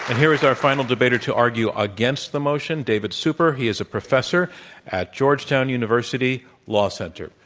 here is our final debater to argue against the motion, david super. he is a professor at georgetown university law center.